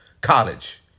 College